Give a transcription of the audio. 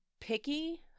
picky